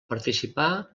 participà